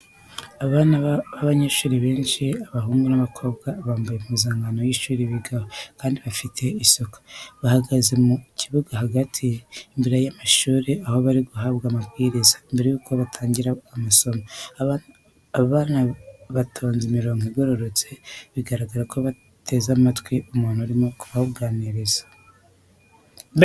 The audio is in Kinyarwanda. Abana b'abanyeshuri benshi abahungu n'abakobwa bambaye impuzankano z'ishuri bigaho kandi bafite isuku, bahagaze mu kibuga hagati imbere y'amashuri aho bari guhabwa amabwiriza mbere y'uko batangira amasomo, abana batonze imirongo igororotse, biragaragara ko bateze amatwi umuntu urimo kubaganiriza.